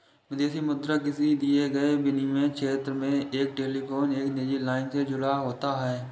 विदेशी मुद्रा किसी दिए गए विनिमय क्षेत्र में एक टेलीफोन एक निजी लाइन से जुड़ा होता है